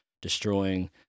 destroying